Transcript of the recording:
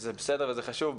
שזה בסדר וחשוב,